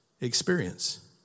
experience